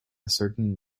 certain